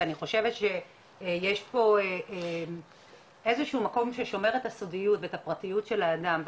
יש פה איזה שהוא מקום ששומר את הסודיות ואת הפרטיות של האדם,